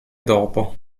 dopo